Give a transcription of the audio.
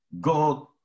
God